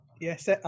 Yes